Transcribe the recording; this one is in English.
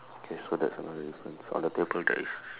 okay so that's another difference on the table there is